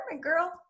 girl